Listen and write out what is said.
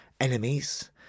enemies